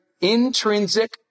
intrinsic